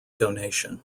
donation